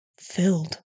filled